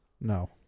No